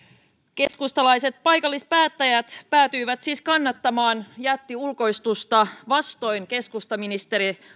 keskustalaiset paikallispäättäjät päätyivät siis kannattamaan jättiulkoistusta vastoin keskustaministeri